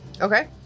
Okay